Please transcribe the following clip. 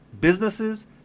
businesses